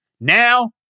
Now